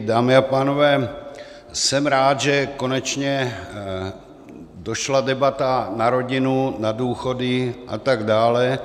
Dámy a pánové, jsem rád, že konečně došla debata na rodinu, na důchody a tak dále.